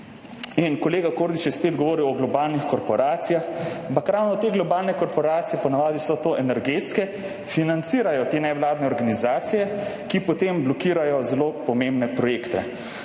In kolega Kordiš je spet govoril o globalnih korporacijah, ampak ravno te globalne korporacije, po navadi so to energetske, financirajo te nevladne organizacije, ki potem blokirajo zelo pomembne projekte.